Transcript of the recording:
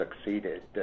succeeded